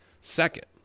second